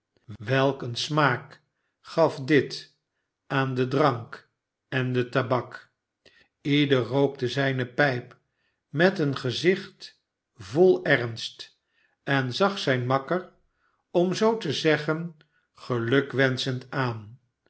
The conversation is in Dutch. een smaak gat dit aan den drank en de tabak ieder rookte zijne pijp met een gzlc ht vol ernst en zag zijn makker om zoo te zeggen gelukwenschend aan